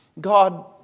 God